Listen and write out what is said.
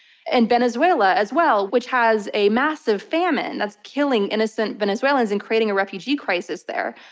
and venezuela as well, which has a massive famine that's killing innocent venezuelans and creating a refugee crisis there.